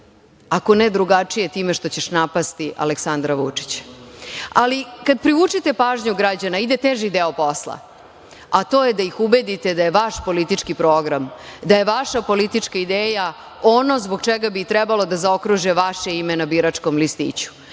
ako ne drugačije time što ćeš napasti Aleksandra Vučića? Ali, kada privučete pažnju građana, ide teži deo posla, a to je da ih ubedite da je vaš politički program, da je vaša politička ideja ono zbog čega bi trebalo da zaokruže vaše ime na biračkom listiću.